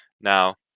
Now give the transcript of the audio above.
Now